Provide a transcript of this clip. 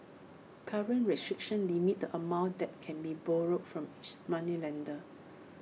current restrictions limit the amount that can be borrowed from each moneylender